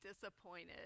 disappointed